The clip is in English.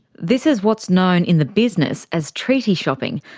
this is what's known in the business as treaty shopping,